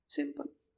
Simple